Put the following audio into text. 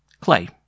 Clay